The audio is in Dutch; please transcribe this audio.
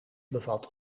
bevat